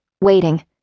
waiting